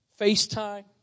FaceTime